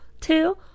Two